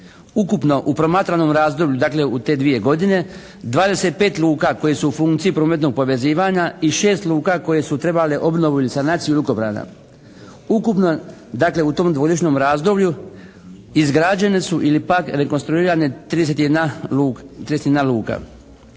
Ukupno u promatranom razdoblju, dakle u te dvije godine 25 luka koje su u funkciji prometnog povezivanja i 6 luka koje su trebale obnovu ili sanaciju lukobrana. Ukupno dakle u tom dvogodišnjem razdoblju izgrađene su ili pak rekonstruirane 31 luka.